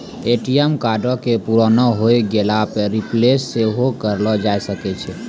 ATM कार्डो के पुराना होय गेला पे रिप्लेस सेहो करैलो जाय सकै छै